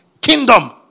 kingdom